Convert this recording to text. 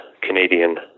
Canadian